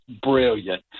brilliant